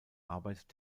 arbeit